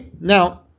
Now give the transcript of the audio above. now